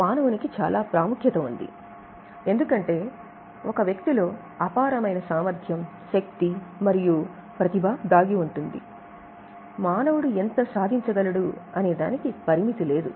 మానవులకు చాలా ప్రాముఖ్యత ఇవ్వబడుతుంది ఎందుకంటే ఒక వ్యక్తికి అపారమైన సామర్థ్యం శక్తి మరియు పరిపూర్ణత కోసం ప్రతిభ ఉంది మానవుడు ఎంత బాగా సాధించగలడో దానికి పరిమితి లేదు